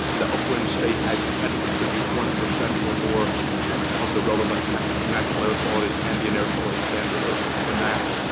the upwind state had had to contribute one percent or more of the relevant national air quality ambient air quality standard, or or naaqs,